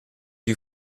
you